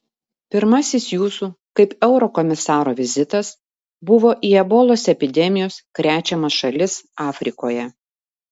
pirmasis jūsų kaip eurokomisaro vizitas buvo į ebolos epidemijos krečiamas šalis afrikoje